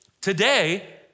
today